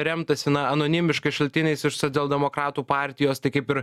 remtasi na anonimiškais šaltiniais iš socialdemokratų partijos tai kaip ir